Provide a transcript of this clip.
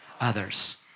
others